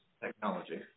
technology